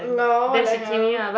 lol !what the hell!